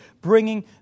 bringing